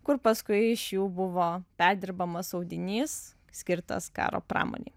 kur paskui iš jų buvo perdirbamas audinys skirtas karo pramonei